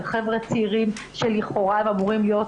על חבר'ה צעירים שלכאורה הם אמורים להיות